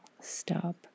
Stop